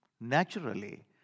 Naturally